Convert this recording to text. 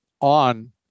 on